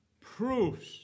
proofs